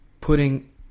putting